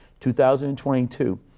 2022